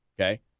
okay